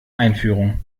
einführung